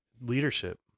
leadership